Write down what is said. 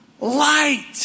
light